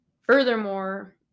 Furthermore